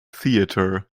theatre